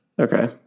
Okay